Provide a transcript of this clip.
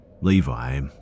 Levi